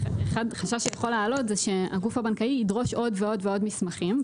החשש שיכול להעלות הוא שהגוף הבנקאי ידרוש עוד ועוד ועוד מסמכים,